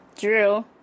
drew